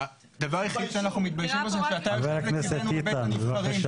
הדבר היחיד שאנחנו מתביישים בו הוא שאתה יושב לצדנו בבית הנבחרים.